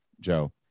Joe